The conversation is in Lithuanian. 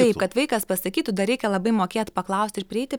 taip kad vaikas pasakytų dar reikia labai mokėt paklausti ir prieiti